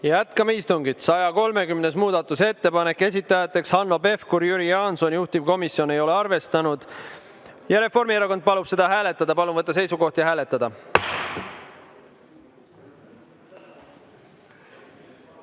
Jätkame istungit. 130. muudatusettepanek, esitajad Hanno Pevkur ja Jüri Jaanson, juhtivkomisjon ei ole arvestanud. Reformierakond palub seda hääletada. Palun võtta seisukoht ja hääletada!